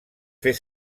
fer